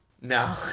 no